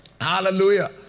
Hallelujah